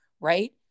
right